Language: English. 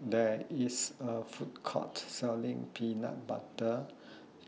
There IS A Food Court Selling Peanut Butter